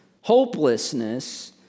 hopelessness